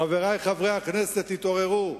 חברי חברי הכנסת, תתעוררו.